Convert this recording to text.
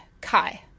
Kai